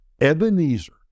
Ebenezer